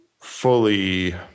fully